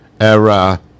Era